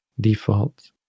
default